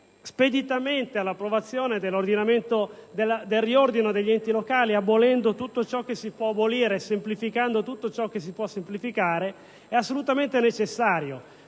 speditamente all'approvazione del riordino degli enti locali abolendo tutto ciò che si può abolire, semplificando tutto ciò che si può semplificare è assolutamente necessario,